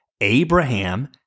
Abraham